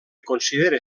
considera